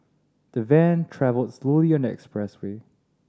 the van travelled slowly on the expressway